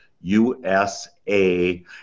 USA